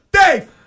Dave